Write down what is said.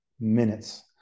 minutes